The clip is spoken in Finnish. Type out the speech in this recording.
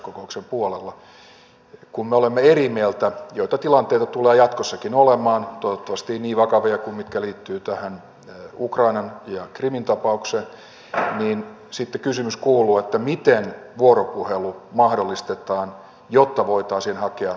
kun me olemme eri mieltä joita tilanteita tulee jatkossakin olemaan toivottavasti ei niin vakavia kuin ne mitkä liittyvät tähän ukrainan ja krimin tapaukseen niin sitten kysymys kuuluu miten vuoropuhelu mahdollistetaan jotta voitaisiin hakea ratkaisua